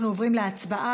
אנחנו עוברים להצבעה.